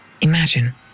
Imagine